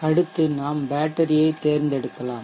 அடுத்து நாம் பேட்டரியைத் தேர்ந்தெடுக்கலாம்